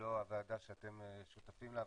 שמולו הוועדה שאתם שותפים לה,